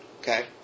Okay